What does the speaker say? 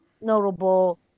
Notable